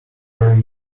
earlier